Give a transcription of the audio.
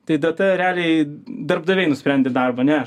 tai data realiai darbdaviai nusprendė darbą ne aš